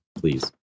Please